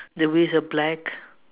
the wheels are black